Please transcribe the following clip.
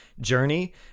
journey